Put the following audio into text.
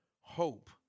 hope